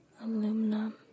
aluminum